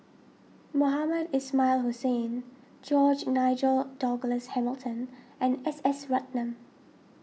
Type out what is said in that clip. Mohamed Ismail Hussain George Nigel Douglas Hamilton and S S Ratnam